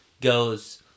goes